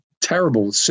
terrible